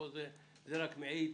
זה מעיד